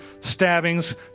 stabbings